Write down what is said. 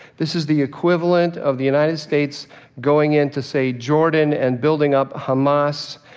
this is the equivalent of the united states going into, say, jordan, and building up hamas.